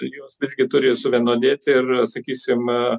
jos visgi turi suvienodėt ir sakysim